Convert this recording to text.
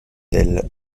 tels